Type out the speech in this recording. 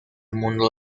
mundo